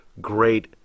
great